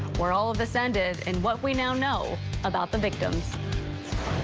where all of this ended and what we now know about the victims